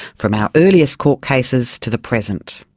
from our earliest court cases to the present.